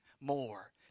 more